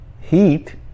Heat